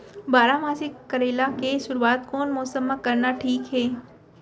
बारामासी करेला के शुरुवात कोन मौसम मा करना ठीक हे?